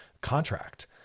contract